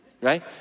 right